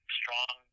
strong